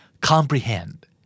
Comprehend